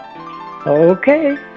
Okay